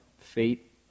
fate